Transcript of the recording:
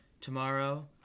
tomorrow